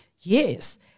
Yes